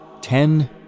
Ten